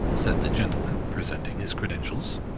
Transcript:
said the gentleman, presenting his credentials.